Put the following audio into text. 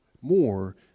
more